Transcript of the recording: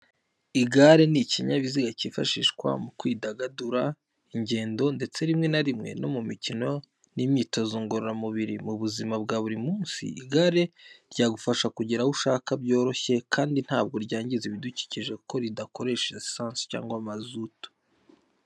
Igare ni ikinyabiziga cyifashishwa mu kwidagadura, ingendo, ndetse rimwe na rimwe no mu mikino n’imyitozo ngororamubiri. Mu buzima bwa buri munsi, igare ryagufasha kugera aho ushaka byoroshye, kandi ntabwo ryangiza ibidukikije kuko ridakoresha lisansi cyangwa mazutu.